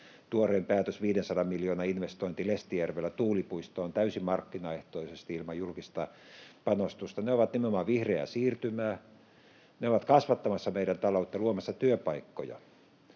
tuorein päätös, 500 miljoonan investointi Lestijärvellä tuulipuistoon täysin markkinaehtoisesti ilman julkista panostusta — ovat nimenomaan vihreää siirtymää. Ne ovat kasvattamassa meidän taloutta, luomassa työpaikkoja.